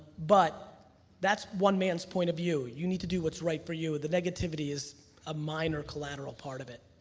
but that's one man's point of view. you need to do what's right for you and the negativity is a minor collateral part of it.